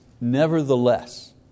nevertheless